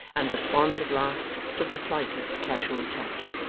and respond at last to the slightest casual touch.